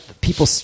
people –